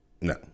No